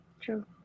true